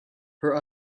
her